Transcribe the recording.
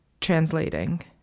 translating